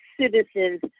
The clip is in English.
citizens